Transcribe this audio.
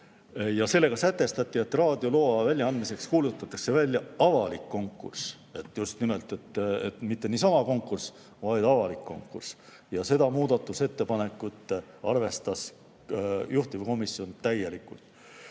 Sellega sätestati, et raadioloa väljaandmiseks kuulutatakse välja avalik konkurss. Just nimelt, mitte niisama konkurss, vaid avalik konkurss. Seda muudatusettepanekut arvestas juhtivkomisjon täielikult.